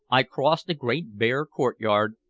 i crossed a great bare courtyard,